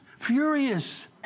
furious